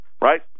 Right